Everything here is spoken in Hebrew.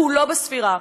כולו בספירה.